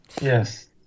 Yes